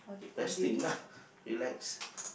resting lah relax